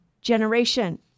generation